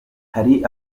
hari